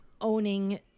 owning